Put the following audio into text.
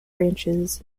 branches